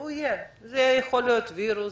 והוא יהיה זה יכול להיות וירוס,